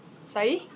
sorry